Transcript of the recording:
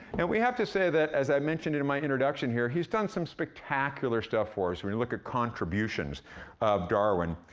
and we have to say that, as i mentioned in in my introduction here, he's done some spectacular stuff for us when we look at contributions of darwin.